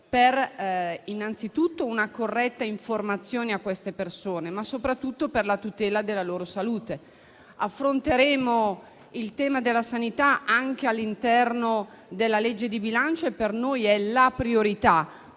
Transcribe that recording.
fare innanzitutto per una corretta informazione a queste persone, ma soprattutto per la tutela della loro salute. Affronteremo il tema della sanità anche all'interno della legge di bilancio e per noi è la priorità,